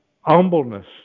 humbleness